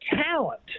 talent